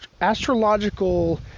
astrological